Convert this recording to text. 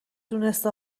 دونسته